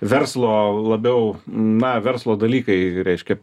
verslo labiau na verslo dalykai reiškia